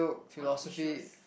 on issues